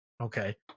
Okay